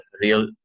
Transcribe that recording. real